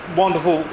wonderful